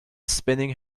spinning